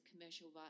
commercial